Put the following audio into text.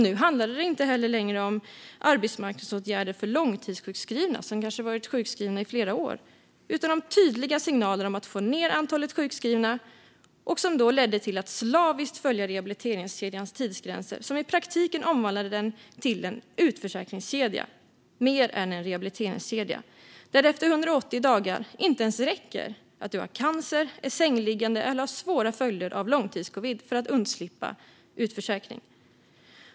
Nu handlade det heller inte längre om arbetsmarknadsåtgärder för långtidssjukskrivna, som kanske hade varit sjukskrivna i flera år, utan om tydliga signaler om att få ned antalet sjukskrivna. Detta ledde till att man slaviskt skulle följa rehabiliteringskedjans tidsgränser som i praktiken omvandlade den till en utförsäkringskedja mer än en rehabiliteringskedja. Efter 180 dagar räcker det inte ens att du har cancer, är sängliggande eller har svåra följder av långtidscovid för att du ska undslippa utförsäkring.